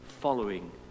following